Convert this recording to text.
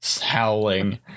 howling